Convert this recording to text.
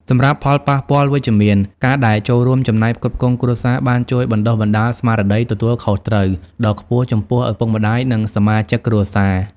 សម្រាប់ផលប៉ះពាល់វិជ្ជមាន ការដែលចូលរួមចំណែកផ្គត់ផ្គង់គ្រួសារបានជួយបណ្ដុះបណ្ដាលស្មារតីទទួលខុសត្រូវដ៏ខ្ពស់ចំពោះឪពុកម្ដាយ និងសមាជិកគ្រួសារ។